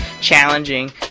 challenging